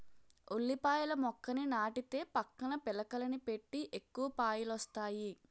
ఉల్లిపాయల మొక్కని నాటితే పక్కన పిలకలని పెట్టి ఎక్కువ పాయలొస్తాయి